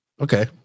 Okay